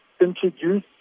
introduce